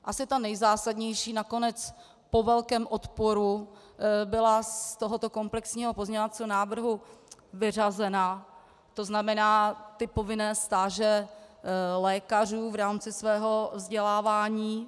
Asi ta nejzásadnější nakonec po velkém odporu byla z tohoto komplexního pozměňovacího návrhu vyřazena, to znamená povinné stáže lékařů v rámci svého vzdělávání.